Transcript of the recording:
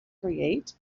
create